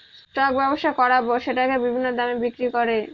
stock ব্যবসা করাবো সেটাকে বিভিন্ন দামে বিক্রি করে